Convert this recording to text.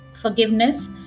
forgiveness